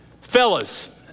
Fellas